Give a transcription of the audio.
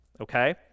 okay